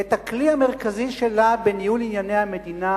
את הכלי המרכזי שלה בניהול ענייני המדינה,